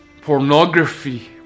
pornography